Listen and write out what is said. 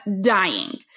dying